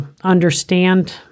understand